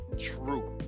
true